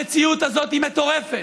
המציאות הזאת מטורפת.